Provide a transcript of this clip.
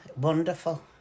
Wonderful